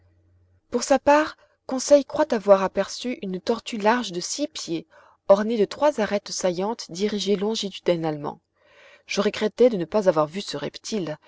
pour sa part conseil croit avoir aperçu une tortue large de six pieds ornée de trois arêtes saillantes dirigées longitudinalement je regrettai de ne pas avoir vu ce reptile